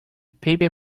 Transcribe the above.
paper